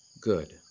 Good